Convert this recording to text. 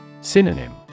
Synonym